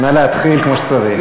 נא להתחיל כמו שצריך.